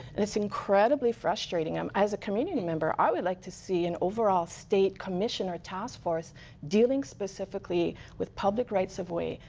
incredibly frustrating. um as a community member, i would like to see and overall state commissioner task force dealing specifically with public rights of way.